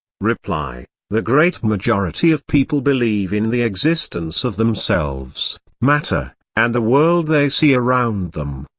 reply the great majority of people believe in the existence of themselves, matter, and the world they see around them.